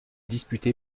disputée